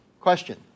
Question